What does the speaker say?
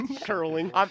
Curling